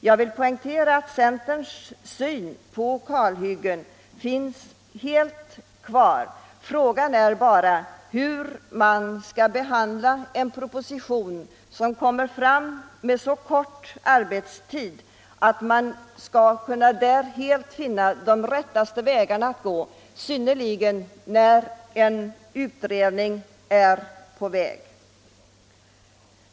Jag vill poängtera att centerns syn på kalhyggen är densamma som tidigare. Frågan är bara hur man skall behandla en proposition som läggs fram med så kort varsel att det är svårt att hinna med att finna de bästa vägarna, i synnerhet när en utredning är på gång.